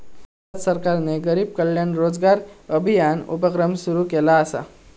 भारत सरकारने गरीब कल्याण रोजगार अभियान उपक्रम सुरू केला असा